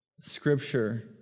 scripture